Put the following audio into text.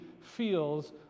feels